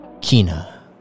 Kina